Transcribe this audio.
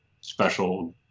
special